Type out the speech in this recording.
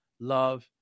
love